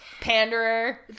panderer